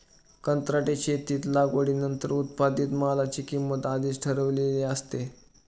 कंत्राटी शेतीत लागवडीनंतर उत्पादित मालाची किंमत आधीच ठरलेली असते